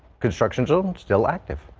construction zone still active.